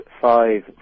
five